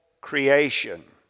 creation